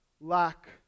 lack